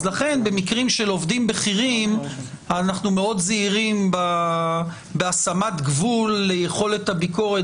לכן במקרים של עובדים בכירים אנחנו מאוד זהירים בהשמת גבול לביקורת,